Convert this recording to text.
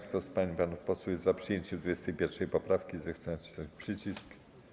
Kto z pań i panów posłów jest za przyjęciem 21. poprawki, zechce nacisnąć przycisk.